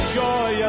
joy